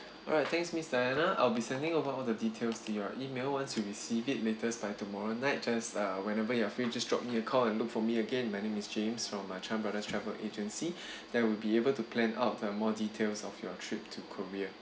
alright thanks miss diana I'll be sending over all the details to your email once you've received it latest by tomorrow night just uh whenever you're free just drop me a call and look for me again my name is james from uh Chan brothers travel agency that would be able to plan out there more details of your trip to korea